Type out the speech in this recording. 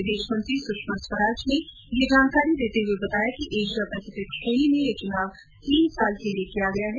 विदेश मंत्री सुषमा स्वराज ने यह जानकारी देते हुए बताया कि एशिया पेसिफिक श्रेणी में ये चुनाव तीन साल के लिए किया गया है